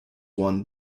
won